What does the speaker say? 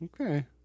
Okay